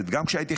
תם